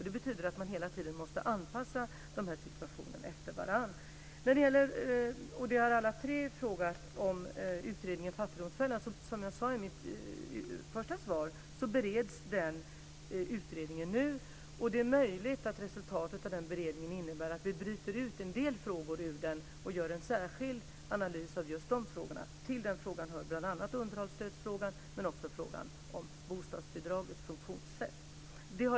Det betyder att man hela tiden måste anpassa de här situationerna efter varandra. Alla tre talarna har frågat om utredningen om fattigdomsfällan. Som jag sade i mitt första svar bereds den utredningen nu, och det är möjligt att resultatet av den beredningen blir att vi bryter ut en del frågor och gör en särskild analys av dem. Till den problematiken hör bl.a. frågorna om underhållsstödet och om bostadsbidragets funktionssätt.